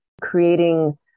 creating